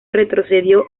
retrocedió